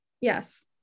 Yes